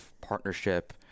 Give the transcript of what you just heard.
partnership